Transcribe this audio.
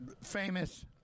famous